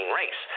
race